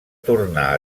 tornar